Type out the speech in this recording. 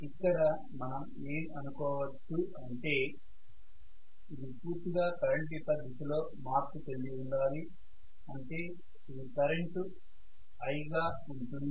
ఇక్కడ మనం ఏం అనుకోవచ్చు అంటే ఇది పూర్తిగా కరెంటు యొక్క దిశలో మార్పు చెంది ఉండాలి అంటే ఇది కరెంటు I గా ఉంటుంది